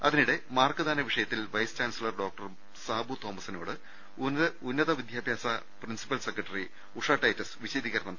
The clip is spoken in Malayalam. അതിനിടെ മാർക്ക്ദാന വിഷയത്തിൽ വൈസ് ചാൻസലർ ഡോക്ടർ സാബു തോമസിനോട് ഉന്നത് വിദ്യാഭ്യാസ പ്രിൻസിപ്പൽ സെക്രട്ടറി ഉഷാ ടൈറ്റസ് വിശുദീകരണം തേടി